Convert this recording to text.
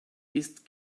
ist